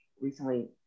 recently